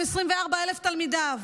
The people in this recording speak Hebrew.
עם 24,000 תלמידיו,